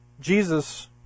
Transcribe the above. Jesus